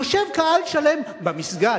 יושב קהל שלם במסגד,